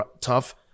tough